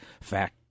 fact